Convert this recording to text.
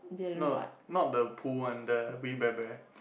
no not the pool one the We Bare Bear